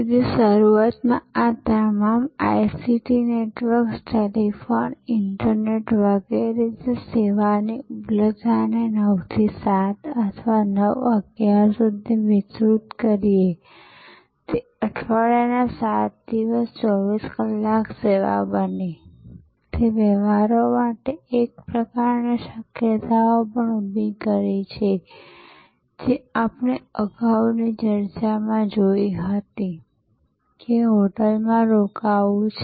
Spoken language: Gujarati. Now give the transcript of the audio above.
તેથી શરૂઆતમાં આ તમામ ICT નેટવર્ક્સ ટેલિફોન ઈન્ટરનેટ વગેરેએ સેવાની ઉપલબ્ધતાને 9 થી 7 અથવા 9 11 સુધી વિસ્તૃત કરીતે અઠવાડિયાના 7 દિવસ 24 કલાક સેવા બની તે વ્યવહારો માટે એક પ્રકારની શક્યતાઓ પણ ઊભી કરે છે જે આપણે અગાઉની ચર્ચામાં જોઈ હતી કે હોટેલમાં રોકાવું છે